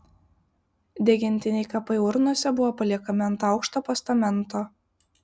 degintiniai kapai urnose buvo paliekami ant aukšto postamento